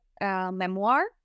memoir